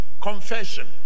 Confession